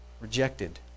Rejected